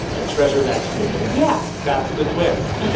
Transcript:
a treasure is actually there? yeah that's the twist.